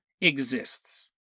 exists